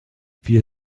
wir